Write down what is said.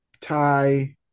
tie